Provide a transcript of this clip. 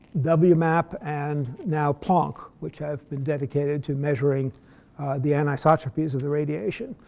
wmap and now planck which have been dedicated to measuring the anisotropies of the radiation.